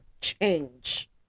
change